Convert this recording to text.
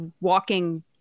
walking